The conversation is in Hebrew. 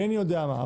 אינני יודע מה,